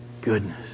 goodness